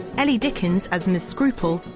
ellie dickens as miss scruple,